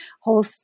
whole